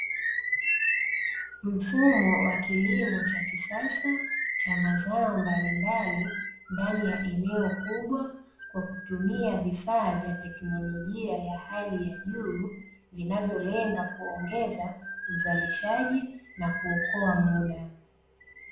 Mfumo wa kilimo cha kisasa cha mazao mbalimbali ndani ya eneo kubwa, kwa kutumia vifaa vya teknolojia ya hali ya juu vinavyo lenga kuongeza uzalishaji na kuokoa muda.